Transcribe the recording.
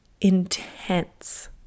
intense